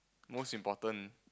most important